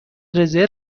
رزرو